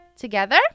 Together